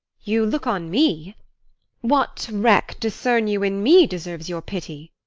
you look on me what wreck discern you in me deserves your pity?